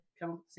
come